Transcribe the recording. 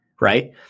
right